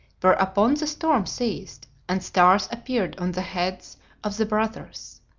whereupon the storm ceased and stars appeared on the heads of the brothers.